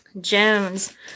Jones